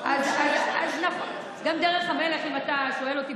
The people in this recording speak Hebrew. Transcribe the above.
אם אתה שואל אותי,